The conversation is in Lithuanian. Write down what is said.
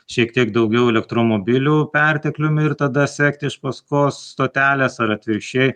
šiek tiek daugiau elektromobilių pertekliumi ir tada sekti iš paskos stotelės ar atvirkščiai